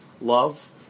love